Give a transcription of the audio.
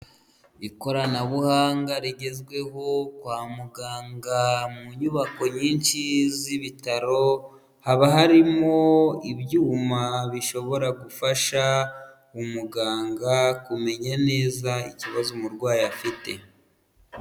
Ikoranabuhanga rigezweho kwa muganga, mu nyubako nyinshi z'ibitaro, haba harimo ibyuma bishobora gufasha umuganga kumenya neza ikibazo umurwayi afite.